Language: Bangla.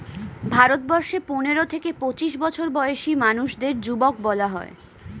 ভারতবর্ষে পনেরো থেকে পঁচিশ বছর বয়সী মানুষদের যুবক বলা হয়